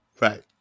Right